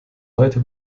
heute